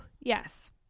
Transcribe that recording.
yes